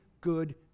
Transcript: good